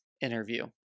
interview